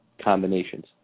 combinations